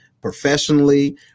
professionally